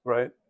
Right